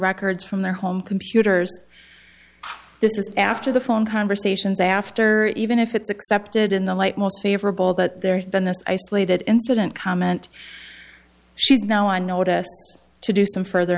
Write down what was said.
records from their home computers this is after the phone conversations after even if it's accepted in the light most favorable that there had been this isolated incident comment she's now on notice to do some further